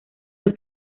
los